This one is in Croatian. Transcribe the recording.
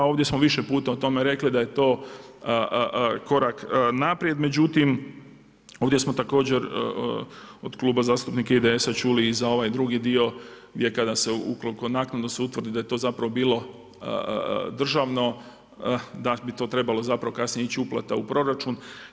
Ovdje smo više puta o tome rekli, da je to korak naprijed međutim ovdje smo također od Kluba zastupnika IDS-a čuli i za ovaj drugi dio gdje kada se ukoliko se naknadno se utvrdi da je to zapravo bilo državno, da bi to trebalo zapravo kasnije ići uplata u proračun.